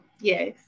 yes